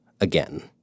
Again